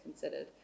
considered